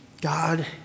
God